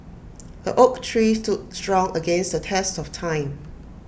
the oak tree stood strong against the test of time